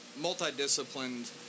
multidisciplined